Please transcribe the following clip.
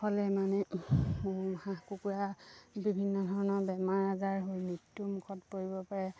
হ'লে মানে হাঁহ কুকুৰা বিভিন্ন ধৰণৰ বেমাৰ আজাৰ হৈ মৃত্যুমুখত পৰিব পাৰে